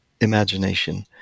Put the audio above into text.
imagination